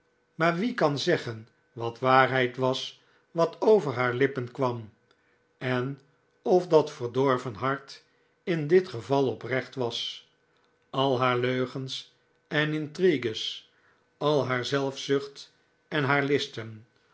maar wie kan zeggen wat waarheid was wat over haar lippen kwam en of dat verdorven hart in dit geval oprecht was al haar leugens en intrigues al haar zelfzucht en haar listen